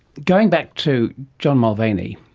going back to john mulvaney,